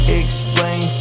explain